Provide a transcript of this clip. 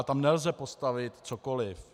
Tam nelze postavit cokoliv.